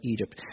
Egypt